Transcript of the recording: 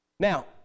Now